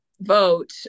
vote